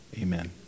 amen